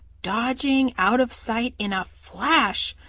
dodging out of sight in a flash,